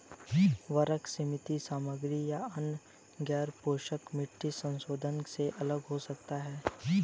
उर्वरक सीमित सामग्री या अन्य गैरपोषक मिट्टी संशोधनों से अलग हो सकते हैं